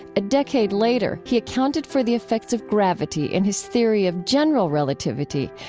a decade later he accounted for the effects of gravity in his theory of general relativity,